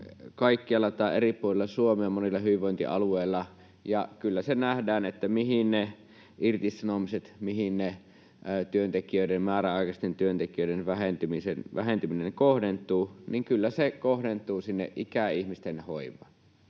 käydään eri puolilla Suomea monilla hyvinvointialueilla, niin kyllä se nähdään, mihin ne irtisanomiset kohdentuvat, mihin se työntekijöiden, määräaikaisten työntekijöiden, vähentyminen kohdentuu: kyllä se kohdentuu sinne ikäihmisten hoivaan.